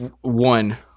one